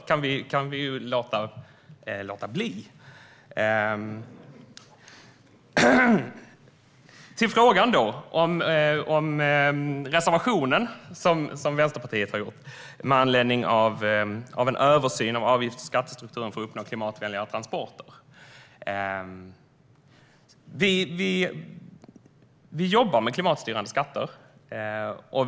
När det gäller frågan om Vänsterpartiets reservation om en översyn av avgifts och skattestrukturen för att uppnå klimatvänligare transporter kan jag säga att vi jobbar med klimatstyrande skatter.